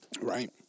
Right